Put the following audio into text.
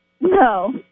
No